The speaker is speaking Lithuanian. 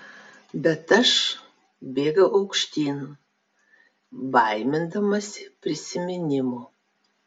bet aš bėgau aukštyn baimindamasi prisiminimų